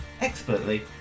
expertly